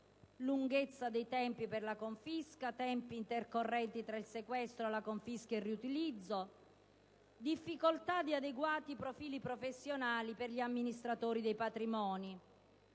lunghezza dei tempi per la confisca e dei tempi intercorrenti tra sequestro, confisca e riutilizzo; difficoltà di adeguati profili professionali per gli amministratori dei patrimoni;